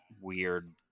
weird